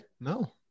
No